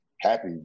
happy